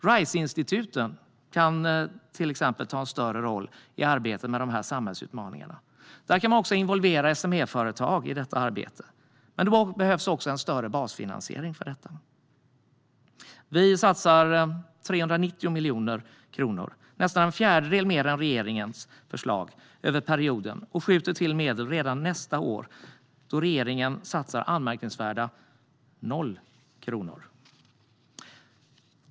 Riseinstituten kan ta en större roll i arbetet med dessa samhällsutmaningar. Man kan också involvera SME-företag i detta arbete, men då behövs en större basfinansiering för detta. Vi satsar 390 miljoner kronor, nästan en fjärdedel mer än regeringen, över perioden och skjuter till medel redan nästa år då regeringen satsar anmärkningsvärda noll kronor.